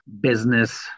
business